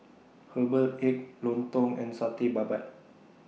Herbal Egg Lontong and Satay Babat